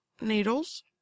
needles